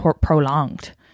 prolonged